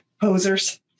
Posers